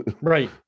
Right